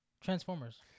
Transformers